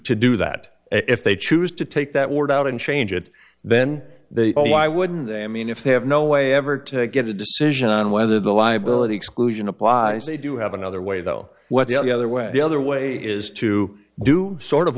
to do that if they choose to take that word out and change it then they will why wouldn't they i mean if they have no way ever to get a decision on whether the liability exclusion applies they do have another way though what the other way the other way is to do sort of